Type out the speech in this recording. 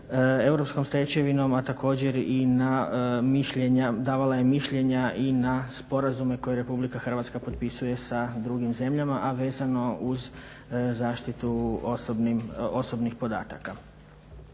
europskom stečevinom, a također davala je mišljenja i na sporazume koje Republika Hrvatska potpisuje sa drugim zemljama, a vezano uz zaštitu osobnih podataka.